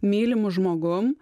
mylimu žmogum